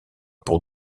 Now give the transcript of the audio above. pour